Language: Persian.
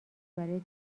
برای